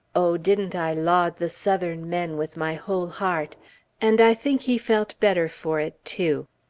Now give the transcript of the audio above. oh, didn't i laud the southern men with my whole heart and i think he felt better for it, too!